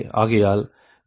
ஆகையால் ak4×55